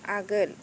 आगोल